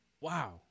wow